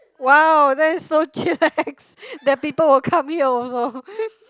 wow that is so chillax that people will come here also